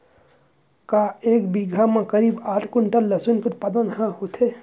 का एक बीघा म करीब आठ क्विंटल लहसुन के उत्पादन ह होथे?